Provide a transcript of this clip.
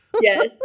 Yes